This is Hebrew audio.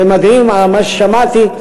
מדהים מה ששמעתי,